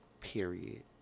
period